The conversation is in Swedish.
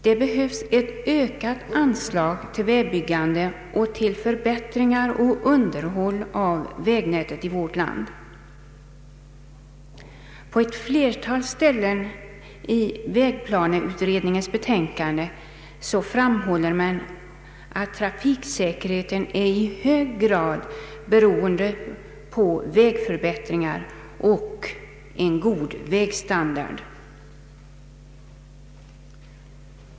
Det behövs ett ökat anslag till vägbyggande samt till förbättringar och underhåll av vägnätet i vårt land. På ett flertal ställen i vägplaneutredningens betänkande framhåller man att trafiksäkerheten är i hög grad beroende av vägförbättringar och en god vägstandard.